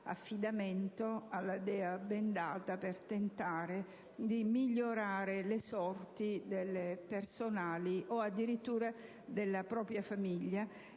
affidamento sulla dea bendata per tentare di migliorare le sorti personali o, addirittura, della propria famiglia,